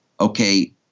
okay